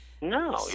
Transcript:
No